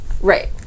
Right